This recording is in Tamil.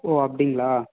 ஓ அப்படிங்களா